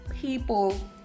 people